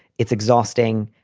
it's exhausting.